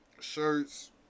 shirts